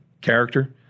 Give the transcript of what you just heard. character